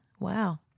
Wow